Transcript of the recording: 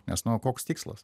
nes nu o koks tikslas